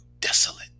desolate